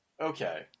Okay